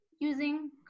using